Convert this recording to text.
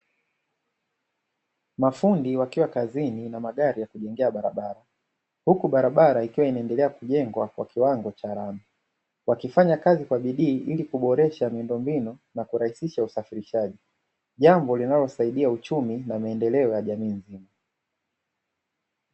Mafundi wakiwa kazini na magari ya kujengea barabara, huku barabara ikiwa inaendelea kujengwa kwa kiwango cha lami, wakifanya kazi kwa bidii ili kuboresha miundo mbinu na kurahisisha usafirishaji jambo, linalosaidia uchimi na maendeleo ya jamii.